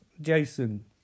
Jason